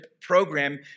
program